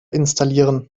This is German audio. installieren